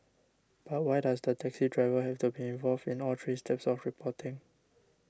but why does the taxi driver have to be involved in all three steps of reporting